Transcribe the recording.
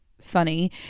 funny